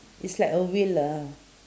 it's like a will lah